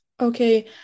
Okay